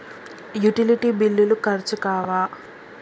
Utility బిల్లులు ఖర్చు కావా?